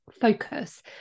focus